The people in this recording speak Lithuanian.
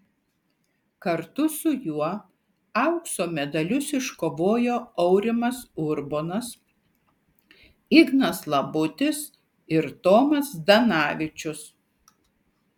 kartu su juo aukso medalius iškovojo aurimas urbonas ignas labutis ir tomas zdanavičius